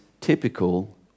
typical